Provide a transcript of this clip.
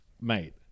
Mate